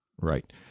Right